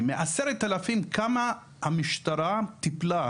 יש לנו גם שותפים משמעותיים: משרד ראש הממשלה,